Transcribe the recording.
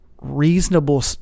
reasonable